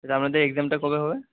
আচ্ছা আপনাদের এক্সামটা কবে হবে